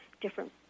different